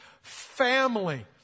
family